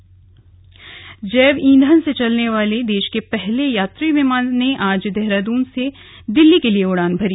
उड़ान जैव ईंधन से चलने वाले देश के पहले यात्री विमान ने आज देहरादून से दिल्ली के लिए उड़ान भरी